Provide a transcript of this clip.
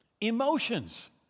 Emotions